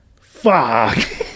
fuck